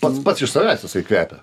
pats pats iš savęs jisai kvepia